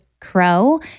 Crow